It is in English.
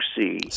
see